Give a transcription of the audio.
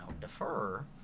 defer